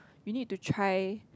you need to try